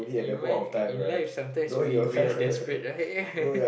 in life in life sometimes we we are desperate right